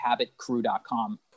habitcrew.com